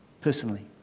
personally